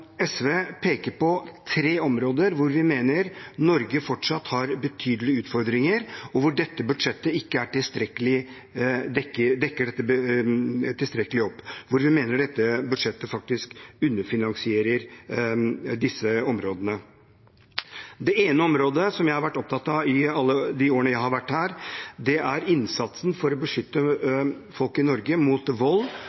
SV peke på tre områder hvor vi mener Norge fortsatt har betydelige utfordringer, og hvor dette budsjettet ikke dekker det tilstrekkelig opp, hvor vi mener dette budsjettet faktisk underfinansierer disse områdene. Det ene området, som jeg har vært opptatt av i alle de årene jeg har vært her, er innsatsen for å beskytte